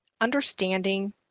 understanding